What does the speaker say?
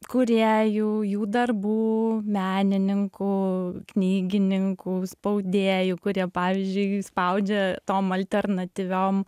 kūrėjų jų darbų menininkų knygininkų spaudėjų kurie pavyzdžiui spaudžia tom alternatyviom